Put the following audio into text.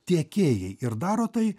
tiekėjai ir daro tai